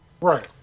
Right